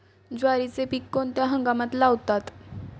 ज्वारीचे पीक कोणत्या हंगामात लावतात?